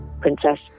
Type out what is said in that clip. Princess